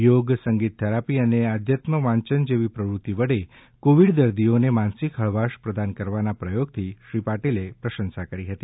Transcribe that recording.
યોગ સંગીત થેરપી અને આધ્યાત્મ વાંચન જેવી પ્રવૃતિ વડે કોવિડ દર્દીઓને માનસિક હળવાશ પ્રદાન કરવાના પ્રયોગની શ્રી પાટિલે પ્રસંશા કરી હતી